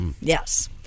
Yes